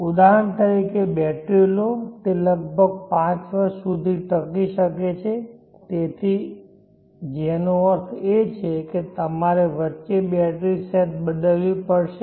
ઉદાહરણ તરીકે બેટરી લો તે લગભગ 5 વર્ષ સુધી ટકી શકે છે તેથી જેનો અર્થ એ છે કે તમારે વચ્ચે બેટરી સેટ બદલવી પડશે